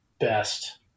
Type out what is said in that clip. best